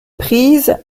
prises